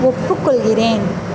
ஒப்புக்கொள்கிறேன்